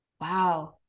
Wow